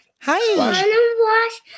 Hi